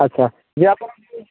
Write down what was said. ଆଚ୍ଛା ଇଏ